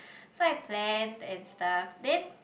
so I plan and stuff then